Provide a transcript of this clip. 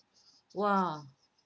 !wah!